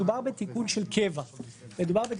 מדובר בתיקון של קבע -- לכאורה.